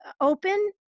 open